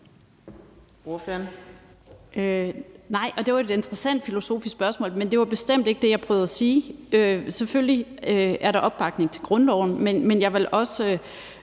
(M): Nej, og det var et interessant filosofisk spørgsmål, men det var bestemt ikke det, jeg prøvede at sige. Selvfølgelig er der opbakning til grundloven, men jeg vil også